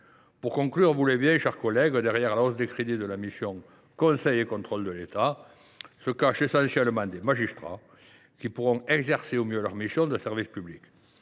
Pour conclure, vous l’aurez compris, mes chers collègues, derrière la hausse des crédits de la mission « Conseil et contrôle de l’État » se cachent essentiellement des magistrats qui pourront exercer au mieux leur mission de service public.